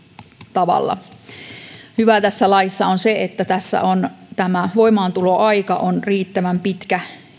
tavalla hyvää tässä laissa on se että tässä tämä voimaantuloaika on riittävän pitkä